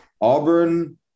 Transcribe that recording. Auburn